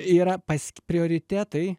yra pas prioritetai